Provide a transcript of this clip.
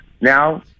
Now